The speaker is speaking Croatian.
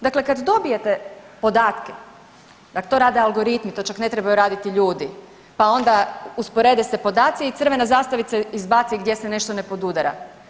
Dakle kad dobijete podatke, nek to rade algoritmi, to čak ne trebaju raditi ljudi, pa onda usporede se podaci i crvene zastavice izbace gdje se nešto ne podudara.